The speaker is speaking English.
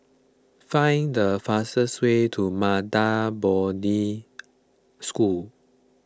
find the fastest way to Maha Bodhi School